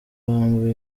humble